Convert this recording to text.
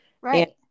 right